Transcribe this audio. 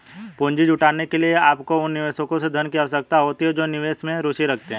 पूंजी जुटाने के लिए, आपको उन निवेशकों से धन की आवश्यकता होती है जो निवेश में रुचि रखते हैं